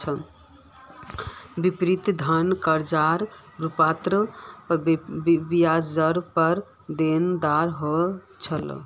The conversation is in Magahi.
वित्तीय धन कर्जार रूपत ब्याजरेर पर देनदार ह छे